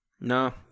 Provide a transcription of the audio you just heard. No